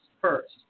first